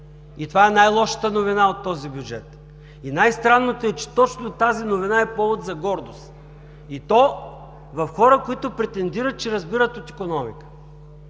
И това е най-лошата новина от този бюджет. И най-странното е, че точно тази новина е повод за гордост и то в хора, които претендират, че разбират от икономика.